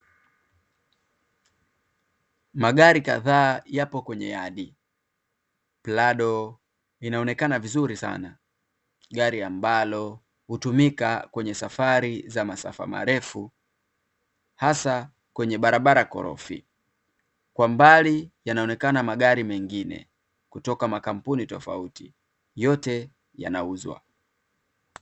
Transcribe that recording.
Magari Kadhaa yako kwenye yadi. Prado inaonekana vizuri sana, gari ambalo hutumika kwenye safari za masafa marefu hasa kwenye barabara korofi, kwa mbali yanaonekana magari mengine kutoka makampuni tofauti yote yanauzwa.